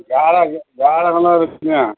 ஜாதகம் ஜாதகம்லாம் இருக்குதுங்க